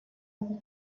other